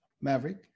Maverick